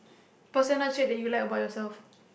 personal trait that you like about yourself